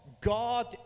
God